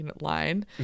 line